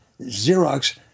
xerox